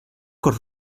cor